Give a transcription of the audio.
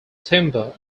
timber